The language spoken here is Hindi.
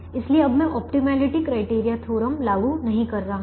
इसलिए अब मैं ऑप्टिमैलिटी क्राइटेरिया थ्योरम लागू नहीं कर रहा हूं